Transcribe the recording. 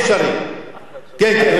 אדוני היושב-ראש,